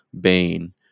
bane